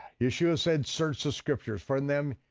yeshua said search the scriptures. for in them,